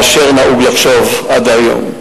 ממה שנהוג לחשוב עד היום.